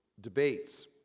debates